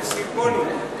זה סימבולי.